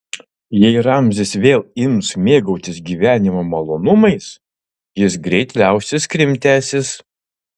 jei ramzis vėl ims mėgautis gyvenimo malonumais jis greit liausis krimtęsis